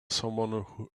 someone